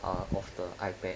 a of the ipad